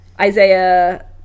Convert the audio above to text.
Isaiah